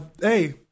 hey